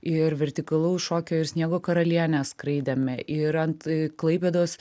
ir vertikalaus šokio ir sniego karalienę skraidėme ir ant klaipėdos